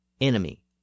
enemy